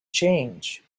change